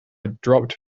dropped